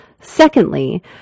Secondly